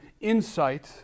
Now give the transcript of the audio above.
insight